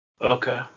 Okay